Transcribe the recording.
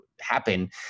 happen